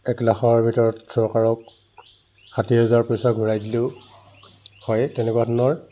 এক লাখৰ ভিতৰত চৰকাৰক ষাঠি হেজাৰ পইচা ঘূৰাই দিলেও হয় তেনেকুৱা ধৰণৰ